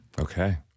Okay